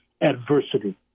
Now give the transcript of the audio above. adversity